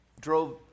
drove